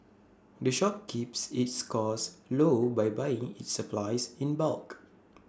the shop keeps its costs low by buying its supplies in bulk